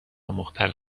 مختل